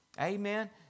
Amen